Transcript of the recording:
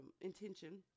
intention